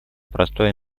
простой